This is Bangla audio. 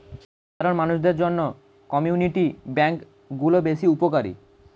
সাধারণ মানুষদের জন্য কমিউনিটি ব্যাঙ্ক গুলো বেশ উপকারী